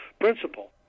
principle